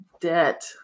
Debt